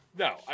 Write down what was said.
No